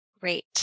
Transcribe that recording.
Great